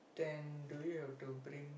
then do you have to bring